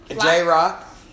J-Rock